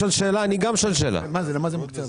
למה זה מוקצה?